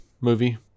movie